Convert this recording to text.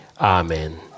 Amen